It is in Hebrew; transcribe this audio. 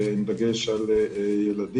עם דגש על ילדים.